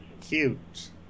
cute